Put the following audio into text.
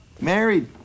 married